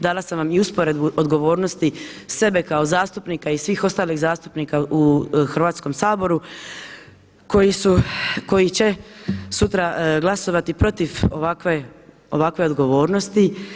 Dala sam vam i usporedbu odgovornosti sebe kao zastupnika i svih ostalih zastupnika u Hrvatskom saboru koji su, koji će sutra glasovati protiv ovakve odgovornosti.